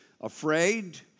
afraid